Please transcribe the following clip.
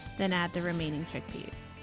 then add the remaining chickpeas.